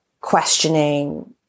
questioning